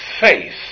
faith